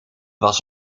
was